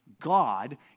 God